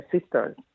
sisters